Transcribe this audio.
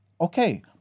Okay